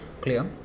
clear